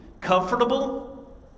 comfortable